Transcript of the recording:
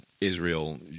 Israel